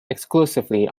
exclusively